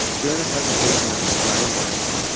during the presentation that ryan byron